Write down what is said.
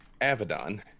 Avedon